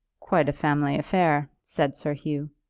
quite a family affair, said sir hugh.